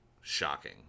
shocking